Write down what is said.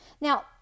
Now